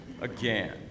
again